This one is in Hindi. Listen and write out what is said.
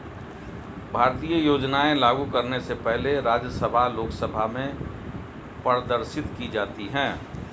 भारतीय योजनाएं लागू करने से पहले राज्यसभा लोकसभा में प्रदर्शित की जाती है